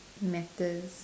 matters